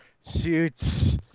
suits